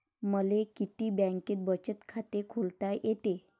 मले किती बँकेत बचत खात खोलता येते?